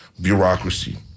bureaucracy